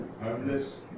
Homeless